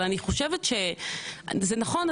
אבל אני חושבת שזה נכון,